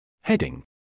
Heading